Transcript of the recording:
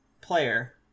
player